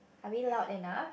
are we loud enough